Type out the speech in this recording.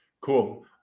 Cool